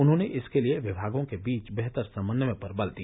उन्होंने इसके लिए विभागों के बीच बेहतर समन्वय पर बल दिया